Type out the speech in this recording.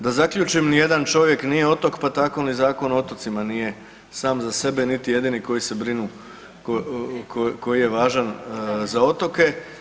Da zaključim, nijedan čovjek nije otok pa tako ni Zakon o otocima nije sam za sebe niti jedini koji se brine koji je važan za otoke.